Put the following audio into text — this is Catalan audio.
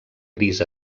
gris